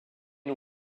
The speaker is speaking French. une